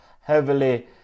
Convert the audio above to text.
heavily